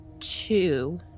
Two